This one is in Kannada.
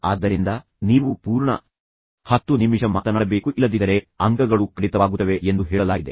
ಆದ್ದರಿಂದ ನೀವು ಪೂರ್ಣ 10 ನಿಮಿಷ ಮಾತನಾಡಬೇಕು ಇಲ್ಲದಿದ್ದರೆ ಅಂಕಗಳು ಕಡಿತವಾಗುತ್ತವೆ ಎಂದು ಹೇಳಲಾಗಿದೆ